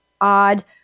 odd